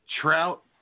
Trout